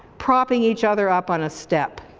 propping each other up on a step.